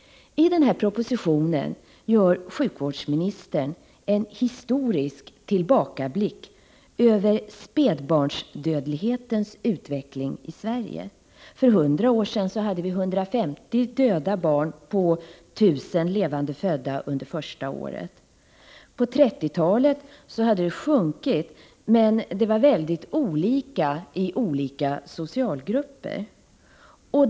I propositionen gör sjukvårdsministern en historisk tillbakablick över spädbarnsdödlighetens utveckling i Sverige. För 100 år sedan var det under första levnadsåret 150 döda barn på 1 000 levande födda. På 1930-talet hade den siffran sjunkit, men det var mycket olika i olika socialgrupper.